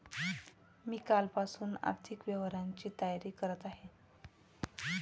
मी कालपासून आर्थिक व्यवहारांची तयारी करत आहे